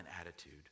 attitude